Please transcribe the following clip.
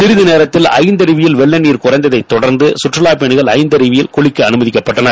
சிறிது நேரத்தில் ஐந்தருவியில் வெள்ளநீர் குறைந்ததை தொடர்ந்து சுற்றுவாப் பயனிகள் ஐந்தருவியில் குளிக்க அனுமதிக்கப்பட்டனர்